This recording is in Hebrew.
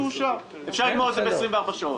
בתור מי שעוסק עם נוער בסיכון כבר שנים